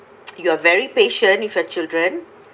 you are very patient with the children